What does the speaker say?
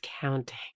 counting